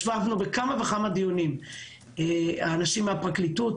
אנשי הפרקליטות